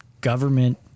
government